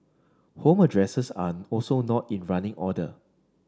home addresses are also not in running order